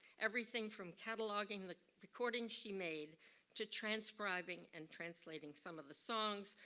everything from cataloging the recordings she made to transcribing and translating some of the songs,